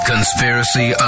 Conspiracy